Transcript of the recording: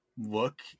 Look